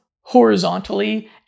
horizontally